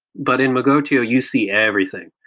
but in magotio, you see everything.